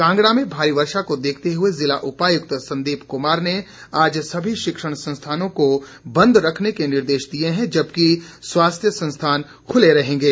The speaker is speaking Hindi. कांगड़ा में भारी वर्षा को देखते हुए जिला उपायुक्त संदीप कुमार ने आज सभी शिक्षण संस्थानों को बंद रखने के निर्देश दिए हैं जबकि स्वास्थ्य संस्थान खुले रहेंगे